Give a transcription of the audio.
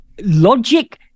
logic